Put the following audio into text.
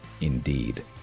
indeed